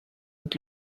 mit